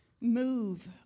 move